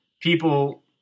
people